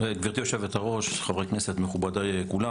גברתי יושבת-הראש, חברי כנסת, מכובדיי כולם.